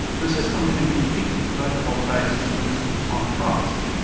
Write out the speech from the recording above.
the system can compete with photovoltaic systems on price,